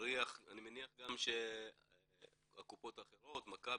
אני מניח שגם הקופות האחרות מכבי,